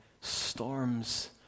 storms